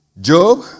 Job